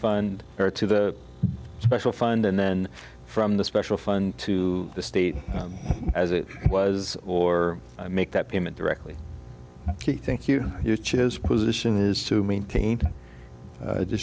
fund or to the special fund and then from the special fund to the state as it was or make that payment directly thank you you chose position is to maintain a